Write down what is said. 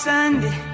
Sunday